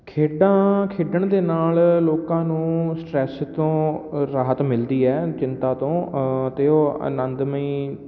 ਖੇਡਾਂ ਖੇਡਣ ਦੇ ਨਾਲ ਲੋਕਾਂ ਨੂੰ ਸਟਰੈੱਸ ਤੋਂ ਰਾਹਤ ਮਿਲਦੀ ਹੈ ਚਿੰਤਾ ਤੋਂ ਅਤੇ ਉਹ ਆਨੰਦਮਈ